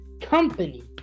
company